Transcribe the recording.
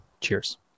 Cheers